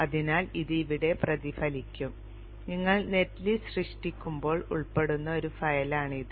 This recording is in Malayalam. അതിനാൽ ഇത് ഇവിടെ പ്രതിഫലിക്കും നിങ്ങൾ നെറ്റ് ലിസ്റ്റ് സൃഷ്ടിക്കുമ്പോൾ ഉൾപ്പെടുന്ന ഒരു ഫയലാണിത്